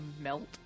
melt